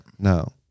No